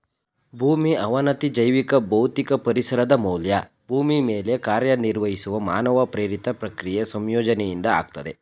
ಭೂಮಿ ಅವನತಿ ಜೈವಿಕ ಭೌತಿಕ ಪರಿಸರದ ಮೌಲ್ಯ ಭೂಮಿ ಮೇಲೆ ಕಾರ್ಯನಿರ್ವಹಿಸುವ ಮಾನವ ಪ್ರೇರಿತ ಪ್ರಕ್ರಿಯೆ ಸಂಯೋಜನೆಯಿಂದ ಆಗ್ತದೆ